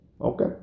Okay